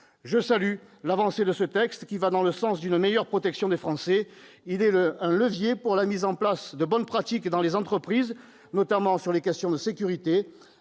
Je salue l'avancée permise par ce texte, qui permettra une meilleure protection des Français. Il est un levier pour la mise en place de bonnes pratiques dans les entreprises, notamment sur les questions de sécurité.